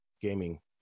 gaming